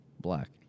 black